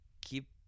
keep